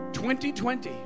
2020